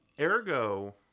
ergo